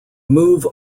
move